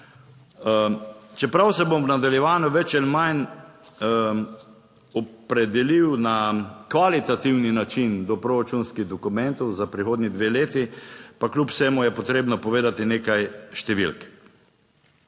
Čeprav se bom v nadaljevanju več ali manj opredelil na kvalitativni način do proračunskih dokumentov za prihodnji dve leti, pa kljub vsemu je potrebno povedati nekaj številk.